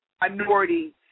minority